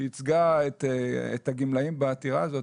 שייצגה את הגמלאים בעתירה הזאת,